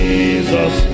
Jesus